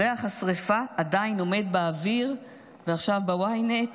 ריח השרפה עדיין עומד באוויר ועכשיו ב-ynet